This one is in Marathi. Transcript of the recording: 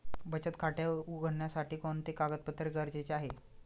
बचत खाते उघडण्यासाठी कोणते कागदपत्रे गरजेचे आहे?